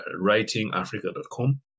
writingafrica.com